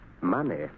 money